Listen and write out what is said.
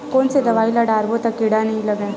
कोन से दवाई ल डारबो त कीड़ा नहीं लगय?